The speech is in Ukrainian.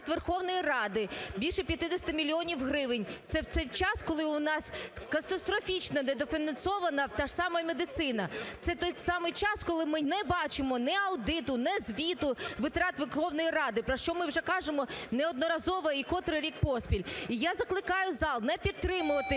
Апарат Верховної Ради більше 50 мільйонів гривень. Це в той час, коли у нас катастрофічно недофінансована та ж сама медицина, це в той самий час, коли ми не бачимо ні аудиту, ні звіту витрат Верховної Ради , про що ми вже кажемо неодноразово і котрий рік поспіль. І я закликаю зал не підтримувати